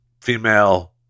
female